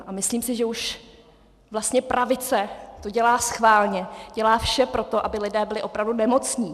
A myslím si, že už vlastně pravice to dělá schválně, dělá vše pro to, aby lidé byli opravdu nemocní.